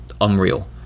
unreal